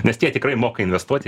nes tie tikrai moka investuoti